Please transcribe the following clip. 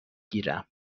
گیرم